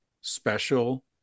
special